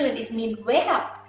is mean wake up.